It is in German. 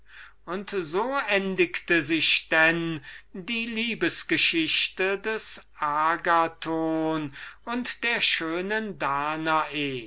und so endigte sich also die liebes geschichte des agathon und der schönen danae